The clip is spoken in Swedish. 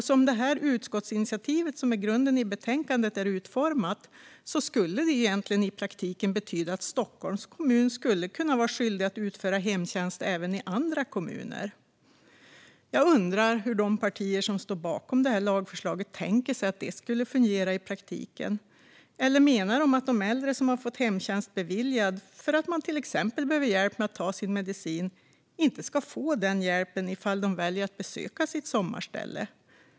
Som det utskottsinitiativ som är grunden för betänkandet är utformat skulle det i praktiken betyda att Stockholms kommun skulle kunna vara skyldig att utföra hemtjänst även i andra kommuner. Jag undrar hur de partier som står bakom detta lagförslag tänker sig att det skulle fungera i praktiken. Eller menar dessa partier att de äldre som har fått hemtjänst beviljad för att de till exempel behöver hjälp med att ta sin medicin inte ska få den hjälpen om de väljer att besöka sitt sommarställe?